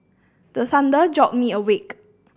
the thunder jolt me awake